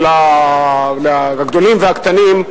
הגדולים והקטנים,